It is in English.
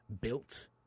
built